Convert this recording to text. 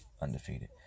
undefeated